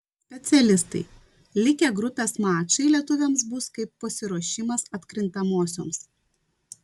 specialistai likę grupės mačai lietuviams bus kaip pasiruošimas atkrintamosioms